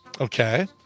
Okay